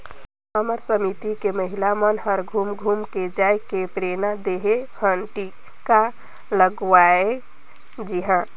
हमर समिति के महिला मन हर घुम घुम के जायके प्रेरना देहे हन की टीका लगवाये जइहा